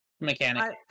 mechanic